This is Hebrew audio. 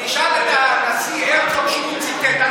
תשאל את הנשיא הרצוג שהוא ציטט.